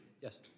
Yes